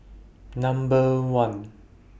Number one